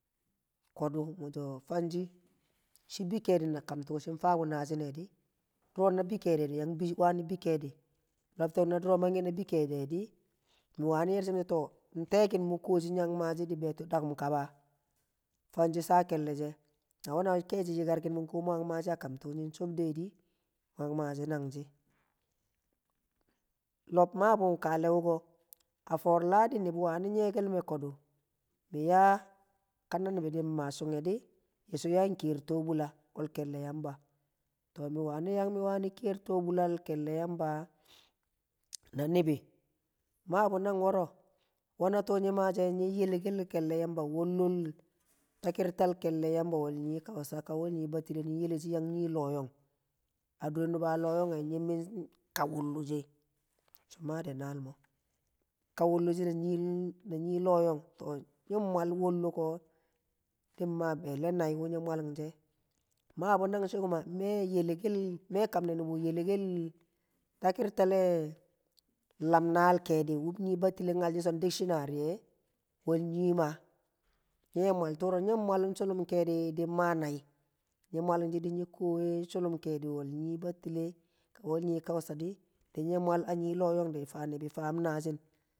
Kodu miso fang shi shi bi keedil tuu shing fasbu nashi ne di duro na bi keedi wa bi keedi lobtok na duro mang ke na bii keedi mi war yershi miso to nte kin mu koshi nyi yang mashi di beeto dakum kabfangshi sha kelle she na we na keshi yikarki mu yar mashe a kamne tuu nying chob de di mu yang mashi langshi. Lob mabu kaale wuko a foor ladi nibi wani nyekel me kodu mi yaa ka ibi di ma sunghe nibi so ya ee tobula wal kelle yamba to mi wani yang mi wa ni kiyer tobulal kelle yamba a ibi maabu ag woro weh a tu yi maa she yi yeleh kele yamba yi kausa kayi batile yang a yi llo yog uba lloyog yimu kawollo she so ma a de almo yillo yon to nying mwal wollo ko din ma nai wu nyi mwalli she mabu nangsi kuma me yelle kel me kamne nubu yelle kel takirtal lam naal keedi wu battile nyal shi so dictionary wal nyi ma me mwal turo, nying mwalling shullum keedi din maa nai nyi mwalling shi di nyi kwowe shullum keedi wai battile kang wai nyi kawsa din nyi mwai a nyi llo yong fande ndifandi azin.